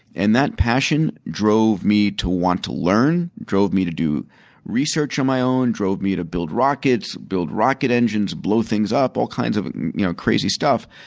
and that passion drove me to want to learn, drove me to do research on my own, drove me to build rockets, build rocket engines, blow things up, all kinds of you know crazy stuff.